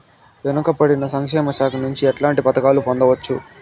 వెనుక పడిన సంక్షేమ శాఖ నుంచి ఎట్లాంటి పథకాలు పొందవచ్చు?